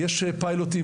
יש פיילוטים,